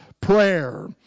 prayer